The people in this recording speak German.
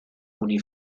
toni